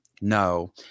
No